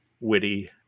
witty